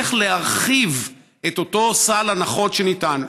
איך להרחיב את אותו סל הנחות שניתן,